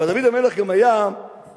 אבל דוד המלך גם היה העצני.